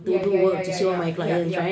ya ya ya ya ya yup yup